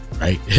right